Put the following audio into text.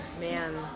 man